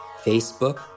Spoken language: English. Facebook